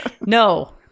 no